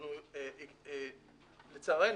לצערנו,